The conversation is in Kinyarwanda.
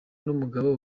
n’umugabo